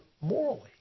morally